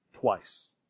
twice